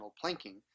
Planking